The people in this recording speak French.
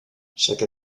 chaque